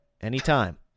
anytime